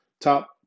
top